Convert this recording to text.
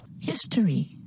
History